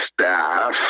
staff